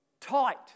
Tight